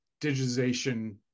digitization